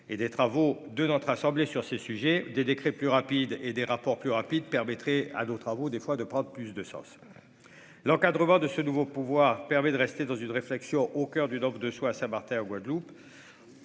Et des travaux de notre assemblée sur ce sujet des décrets plus rapides et des rapports plus rapide permettrait à d'autres travaux des fois de prendre plus de sens. L'encadrement de ce nouveau pouvoir permet de rester dans une réflexion au coeur du donc de soi à Saint-Martin en Guadeloupe.